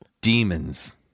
Demons